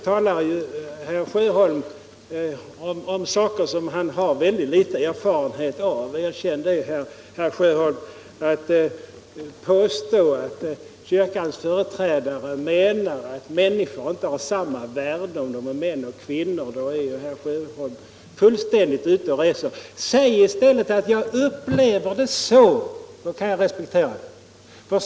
talar herr Sjöholm om saker som han har ytterst litet erfarenhet av. Erkänn det, herr Sjöholm! När herr Sjöholm påstår att kyrkans företrädare menar att människor inte har samma värde om de är män eller kvinnor, så är han ju helt utan kontakt med verkligheten. Säg i stället, herr Sjöholm: ”Jag upplever det så.” Då kan jag respektera den uppfattningen.